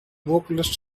vocalist